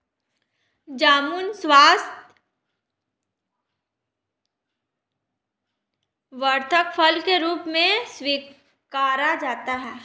जामुन स्वास्थ्यवर्धक फल के रूप में स्वीकारा जाता है